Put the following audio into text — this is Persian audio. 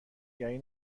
گری